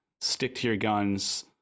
stick-to-your-guns